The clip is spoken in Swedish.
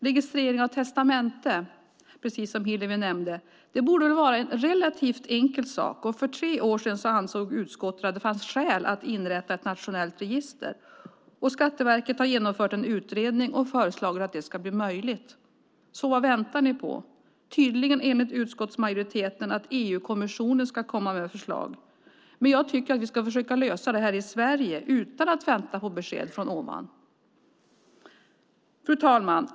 Registrering av testamenten, som Hillevi nämnde, borde vara en relativt enkel sak. För tre år sedan ansåg utskottet att det fanns skäl att inrätta ett nationellt register, och Skatteverket har genomfört en utredning och föreslagit att det ska bli möjligt. Vad väntar ni på? Ni väntar tydligen, enligt utskottsmajoriteten, på att EU-kommissionen ska komma med förslag. Men jag tycker att vi ska försöka lösa det här i Sverige utan att vänta på besked från ovan. Fru talman!